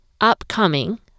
upcoming